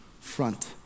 front